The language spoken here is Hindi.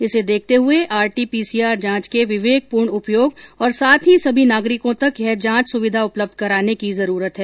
इसे देखते हए आरटी पीसीआर जांच के विवेकपूर्ण उपयोग और साथ ही समी नागरिकों तक यह जांच सुविधा उपलब्ध कराने की जरूरत है